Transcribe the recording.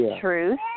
truth